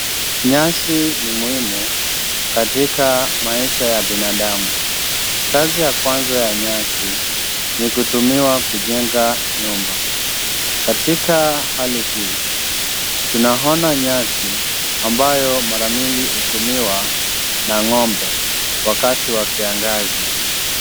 Nyasi ni muhimu katika maisha ya binadamu. Kazi ya kwanza ya nyasi ni kutumiwa kujenga nyumba. Katika hali hii, tunaona nyasi ambayo mara mingi hutumiwa na ng'ombe wakati wa kiangazi.